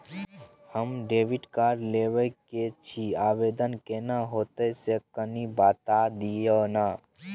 हम debit card लेब के छि, आवेदन केना होतै से कनी बता दिय न?